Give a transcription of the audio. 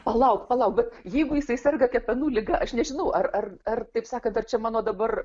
palauk palauk jeigu jisai serga kepenų liga aš nežinau ar ar ar taip sakant ar čia mano dabar